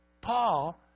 Paul